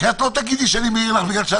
אתה לא תגיד לי אם אני מועילה או לא